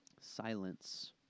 Silence